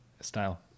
style